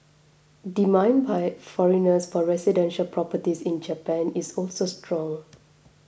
demand by foreigners for residential properties in Japan is also strong